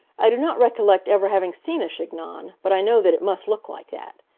i do not recollect ever having seen a chignon, but i know that it must look like that.